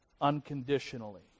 unconditionally